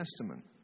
Testament